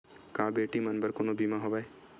का बेटी मन बर कोनो बीमा हवय?